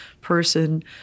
person